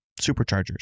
superchargers